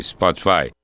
Spotify